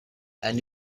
and